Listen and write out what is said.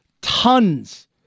tons